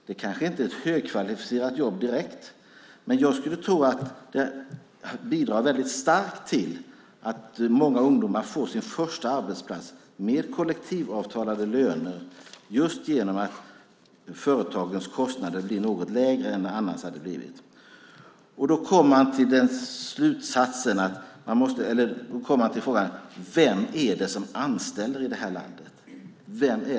Det kanske inte direkt är ett högkvalificerat jobb, men jag skulle tro att det bidrar väldigt starkt till att många ungdomar får sin första arbetsplats, med kollektivavtalade löner, just genom att företagens kostnader blir något lägre än de annars hade varit. Då kommer man till frågan: Vem är det som anställer i det här landet?